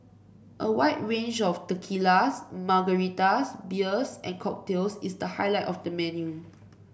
a wide range of tequilas margaritas beers and cocktails is the highlight of the menu